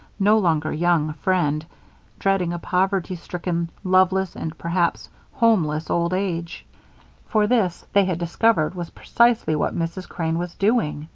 no-longer-young friend dreading a poverty-stricken, loveless, and perhaps homeless old age for this, they had discovered, was precisely what mrs. crane was doing.